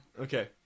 Okay